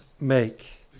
make